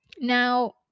now